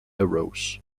arose